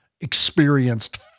experienced